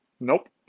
Nope